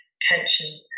tension